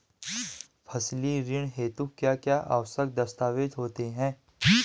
फसली ऋण हेतु क्या क्या आवश्यक दस्तावेज़ होते हैं?